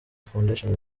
foundation